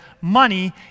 money